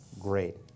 great